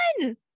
one